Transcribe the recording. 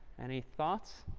any thoughts?